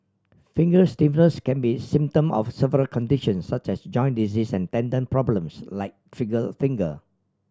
finger stiffness can be symptom of several condition such as join disease and tendon problems like trigger a finger